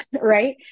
right